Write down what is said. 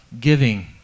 giving